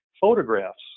photographs